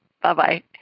Bye-bye